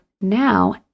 now